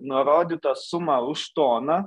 nurodytą sumą už toną